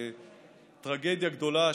טרגדיה גדולה.